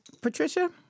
Patricia